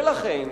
ולכן,